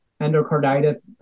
Endocarditis